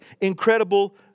incredible